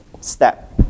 step